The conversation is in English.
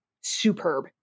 superb